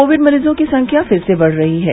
Covid मरीजों की संख्या फिर से बढ़ रही है